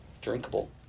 Drinkable